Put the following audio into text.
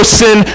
sin